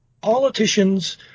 politicians